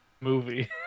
movie